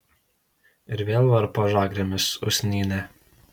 ir vėl varpo žagrėmis usnynę